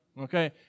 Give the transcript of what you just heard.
Okay